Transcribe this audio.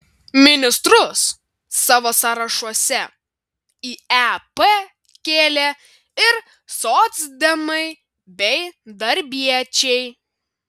ministrus savo sąrašuose į ep kėlė ir socdemai bei darbiečiai